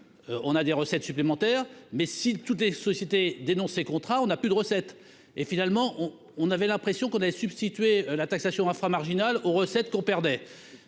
on a des recettes supplémentaires mais si toutes les sociétés contrat on a plus de recettes et finalement, on avait l'impression qu'on avait substitué la taxation infra-marginal aux recettes qu'on perdait